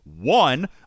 one